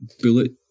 bullet